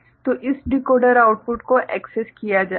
तो इस decoder output को एक्सेस किया जाएगा